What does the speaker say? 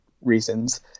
reasons